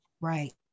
Right